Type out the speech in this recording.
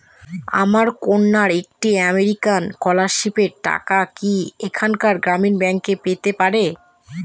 আমার কন্যা একটি আমেরিকান স্কলারশিপের টাকা কি এখানকার গ্রামীণ ব্যাংকে পেতে পারে?